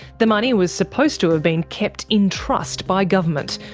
the money was supposed to have been kept in trust by government,